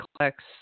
collects